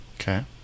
Okay